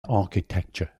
architecture